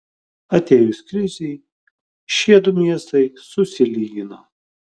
atėjus krizei šie du miestai susilygino